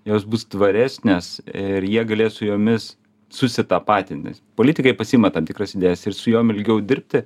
jos bus tvaresnės ir jie galės su jomis susitapatint nes politikai pasiima tam tikras idėjas ir su jom ilgiau dirbti